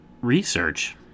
research